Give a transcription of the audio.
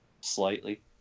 slightly